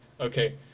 Okay